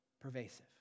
pervasive